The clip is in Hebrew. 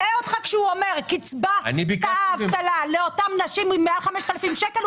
הוא מטעה אותך כשהוא אומר קצבת האבטלה לאותן נשים היא מעל 5,000 שקלים.